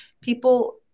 people